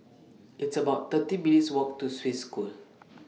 It's about thirty minutes' Walk to Swiss School